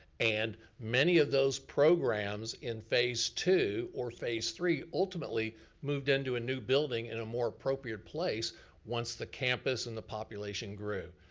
and many of those programs in phase two or phase three ultimately moved into a new building in a more appropriate place once the campus and the population grew.